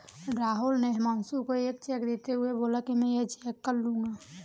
राहुल ने हुमांशु को एक चेक देते हुए बोला कि मैं ये चेक कल लूँगा